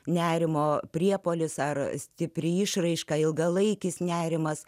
nerimo priepuolis ar stipri išraiška ilgalaikis nerimas